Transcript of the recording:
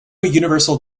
universal